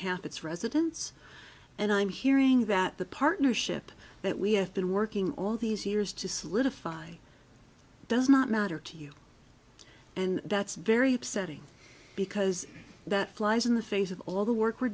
half its residents and i'm hearing that the partnership that we have been working all these years to solidify does not matter to you and that's very upsetting because that flies in the face of all the work we're